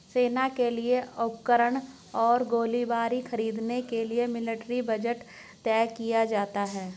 सेना के लिए उपकरण और गोलीबारी खरीदने के लिए मिलिट्री बजट तय किया जाता है